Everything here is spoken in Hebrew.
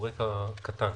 רקע קצר.